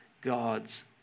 God's